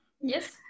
Yes